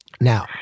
Now